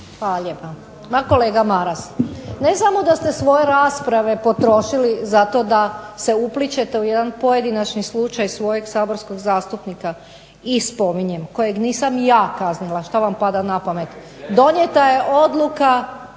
Hvala lijepo. Pa kolega Maras, ne samo da ste svoje rasprave potrošili zato da se uplićete u jedan pojedinačni slučaj svojeg saborskog zastupnika i spominjem, kojeg nisam ja kaznila, šta vam pada na pamet. Donijeta je odluka